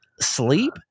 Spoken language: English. sleep